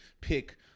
pick